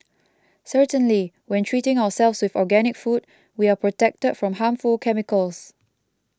certainly when treating ourselves with organic food we are protected from harmful chemicals